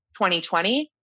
2020